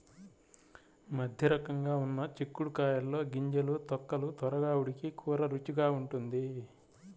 మధ్యరకంగా ఉన్న చిక్కుడు కాయల్లో గింజలు, తొక్కలు త్వరగా ఉడికి కూర రుచిగా ఉంటుంది